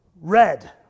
red